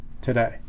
today